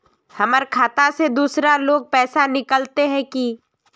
हमर खाता से दूसरा लोग पैसा निकलते है की?